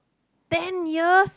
ten years